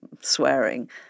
swearing